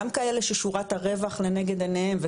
גם כאלה ששורת הרווח לנגד עיניהם.